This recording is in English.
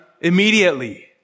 immediately